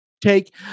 take